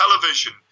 television